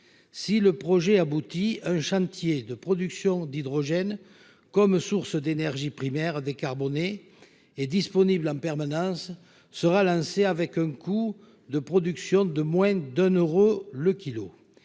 Si le projet aboutit, un chantier de production d'hydrogène comme source d'énergie primaire décarbonée et disponible en permanence sera lancé avec un coût de production de moins de 1 euro le